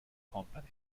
company